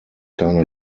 keine